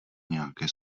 nějaké